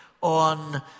on